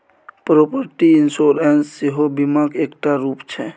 property insurance सेहो बीमाक एकटा रुप छै